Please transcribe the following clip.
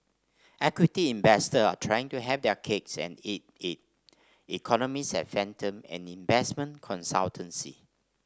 equity investors are trying to have their cakes and eat it economists at Fathom an investment consultancy